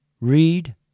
read